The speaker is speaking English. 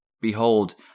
Behold